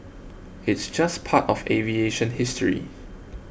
it's just part of aviation history